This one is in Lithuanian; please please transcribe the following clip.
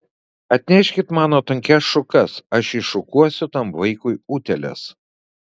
atneškit mano tankias šukas aš iššukuosiu tam vaikui utėles